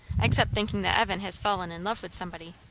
except thinking that evan has fallen in love with somebody.